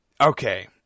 Okay